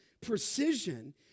precision